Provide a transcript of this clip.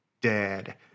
Dead